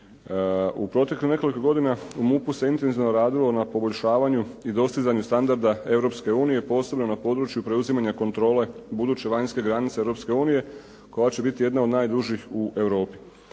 U proteklih nekoliko godina u MUP-u se intenzivno radilo na poboljšavanju i dostizanju standarda Europske unije, posebno na području preuzimanja kontrole buduće vanjske granice Europske unije koja će biti jedna od najdužih u Europi.